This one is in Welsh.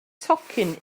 tocyn